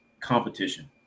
competition